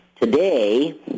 Today